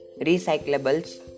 recyclables